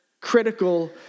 critical